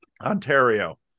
Ontario